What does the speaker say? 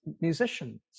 musicians